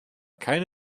keine